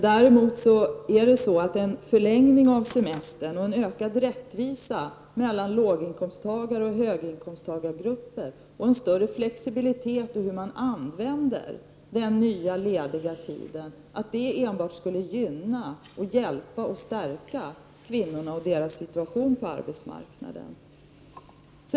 Däremot är det så att en förlängning av semestern och en ökad rättvisa mellan låginkomsttagaroch höginkomsttagargrupper och en större flexibilitet i användningen av den nya lediga tiden enbart kommer att gynna kvinnorna och stärka deras situation på arbetsmarknaden.